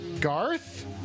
Garth